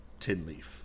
Tinleaf